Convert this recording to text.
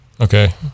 Okay